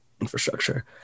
infrastructure